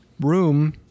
room